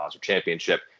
championship